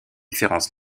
différences